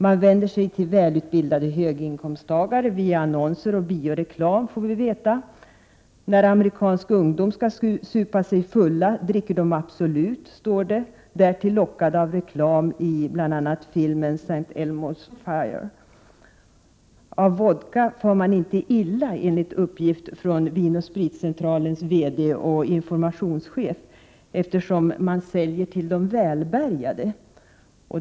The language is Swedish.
Man vänder sig till välutbildade höginkomsttagare via annonser och bioreklam, får vi veta. ”När amerikansk ungdom skall supa sig full dricker de Absolut”, står det, därtill lockade av reklamen i filmen S:t Elmos Fire. Av vodka far man inte illa, enligt uppgift från Vin & Spritcentralens VD och informationschef, eftersom det säljs till de välbärgade.